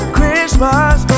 Christmas